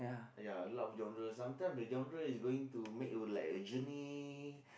ya loud genre sometime the genre is going to make you like a journey